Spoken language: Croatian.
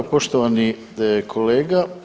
Poštovani kolega.